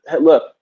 look